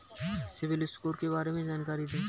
CIBIL score के बारे में जानकारी दें?